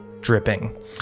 dripping